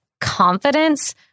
confidence